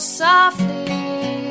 softly